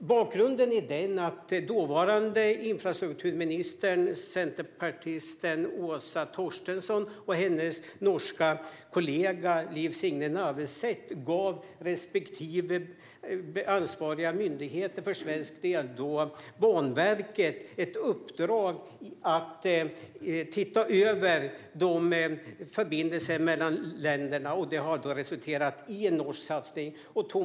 Dåvarande infrastrukturministern, centerpartisten Åsa Torstensson, och hennes norska kollega, Liv Signe Naversete, gav respektive ansvarig myndighet, för svensk del Banverket, i uppdrag att se över förbindelserna mellan länderna. Det har resulterat i en norsk satsning.